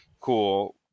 cool